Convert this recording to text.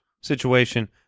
situation